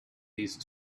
these